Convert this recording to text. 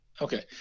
Okay